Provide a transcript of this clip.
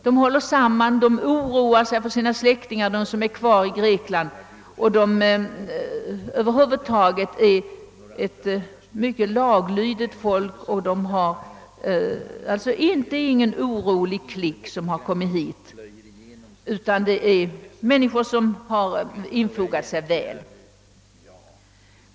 De håller samman och de oroar sig för sina släktingar som är kvar i Grekland. Grekerna är över huvud taget ett mycket laglydigt folk. Det är alltså ingalunda någon orolig klick som har kommit hit, utan det är människor som har infogat sig väl i vårt samhälle.